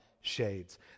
shades